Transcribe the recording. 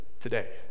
today